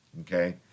okay